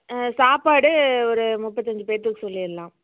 சாப்பாடு ஒரு முப்பத்தைஞ்சு பேர்த்துக்கு சொல்லிடலாம்